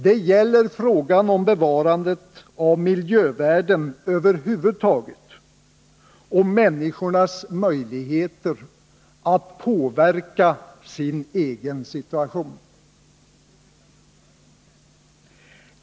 Det gäller frågan om bevarandet av miljövärden över huvud taget och människornas möjligheter att påverka sin egen situation.